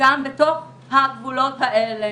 גם בתוך הגבולות האלה.